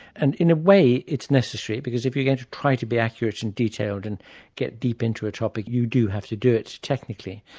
and in a way it's necessary, because if you're going to try to be accurate and detailed and get deep into a topic, you do have to do it technically.